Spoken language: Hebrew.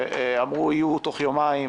אמרו: יהיו תוך יומיים.